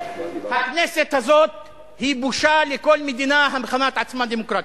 הכנסת הזאת היא בושה לכל מדינה המכנה את עצמה דמוקרטיה.